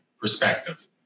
perspective